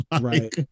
Right